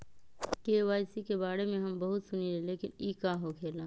KYC के बारे में हम बहुत सुनीले लेकिन इ का होखेला?